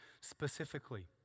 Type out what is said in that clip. specifically